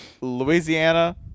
Louisiana